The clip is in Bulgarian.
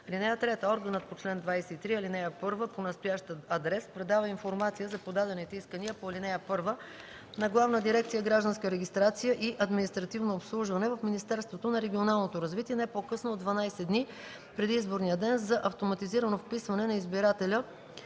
(3) Органът по чл. 23, ал. 1 по настоящ адрес предава информация за подадените искания по ал. 1 на Главна дирекция „Гражданска регистрация и административно обслужване” в Министерството на регионалното развитие не по-късно от 12 дни преди изборния ден за автоматизирано вписване на избирателя